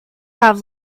have